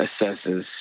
assesses